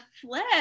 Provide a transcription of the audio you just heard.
flip